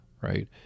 right